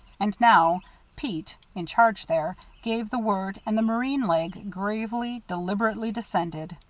and now pete, in charge there, gave the word, and the marine leg, gravely, deliberately descended.